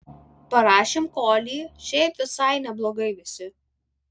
parašėm kolį šiaip visai neblogai visi